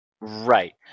Right